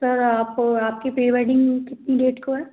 sir आप और आपकी प्री वेडिंग कितनी डेट को है